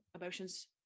emotions